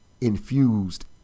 infused